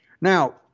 now